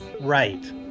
Right